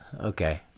Okay